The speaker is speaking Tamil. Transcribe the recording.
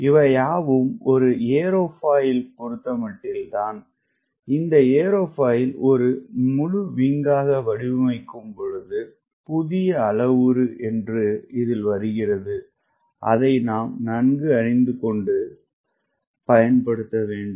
இவையாவும் ஒரு ஏரோபாயில் பொருத்தமட்டில்தான்இந்த ஏரோபாயில் ஒரு முழுரேக்கையாகவடிவமைக்கும்பொழுது புதியஅளவுரு ஒன்று இதில் வருகிறது அதைநாம் நன்கு அறிந்து கொண்டு பயன்படுத்த வேண்டும்